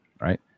right